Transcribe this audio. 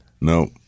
No